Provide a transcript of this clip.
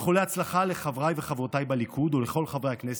איחולי הצלחה לחבריי וחברותיי בליכוד ולכל חברי הכנסת,